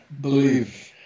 believe